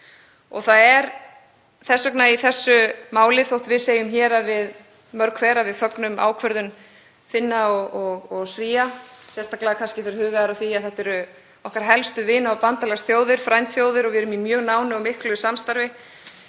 Það er þess vegna í þessu máli, þótt við segjum mörg hver að við fögnum ákvörðun Finna og Svía, sérstaklega kannski þegar hugað er að því að þetta eru okkar helstu vina- og bandalagsþjóðir, frændþjóðir, og við erum í mjög nánu og miklu samstarfi